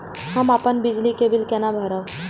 हम अपन बिजली के बिल केना भरब?